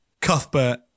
Cuthbert